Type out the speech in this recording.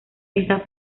está